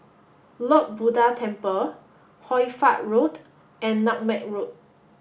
Lord Buddha Temple Hoy Fatt Road and Nutmeg Road